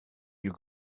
you